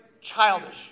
childish